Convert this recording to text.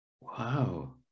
Wow